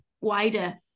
wider